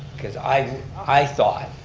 cause i i thought,